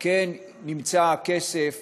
כן נמצא הכסף